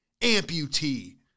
Amputee